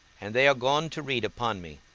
and they are gone to read upon me.